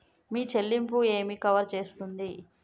మీ చెల్లింపు ఏమి కవర్ చేస్తుంది?